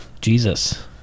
Jesus